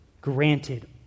granted